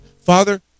Father